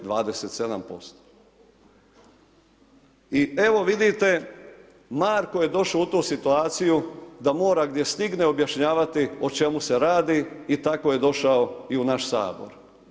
I evo vidite, Marko je došao u tu situaciju da mora gdje stigne objašnjavati o čemu se radi i tako je došao i u naš Sabor.